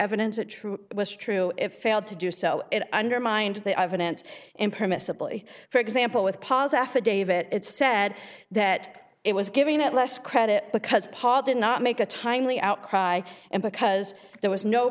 evidence that true was true if ailed to do so it undermined the evidence impermissibly for example with pas affidavit it's sad that it was giving it less credit because paul did not make a timely outcry and because there was no